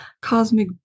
cosmic